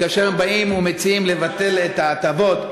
-- כאשר הם באים ומציעים לבטל את ההטבות.